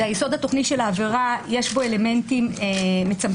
גם ביסוד התוכני של העבירה יש אלמנטים מצמצמים.